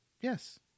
Yes